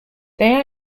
they